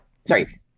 Sorry